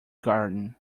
garden